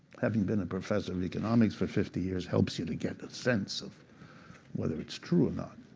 having been a professor of economics for fifty years helps you to get the sense of whether it's true or not.